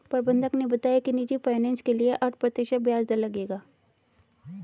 प्रबंधक ने बताया कि निजी फ़ाइनेंस के लिए आठ प्रतिशत ब्याज दर लगेगा